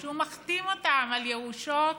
שהוא מחתים אותם על ירושות,